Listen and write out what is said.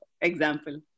example